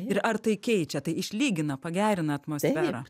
ir ar tai keičia tai išlygina pagerina atmosferą